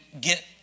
get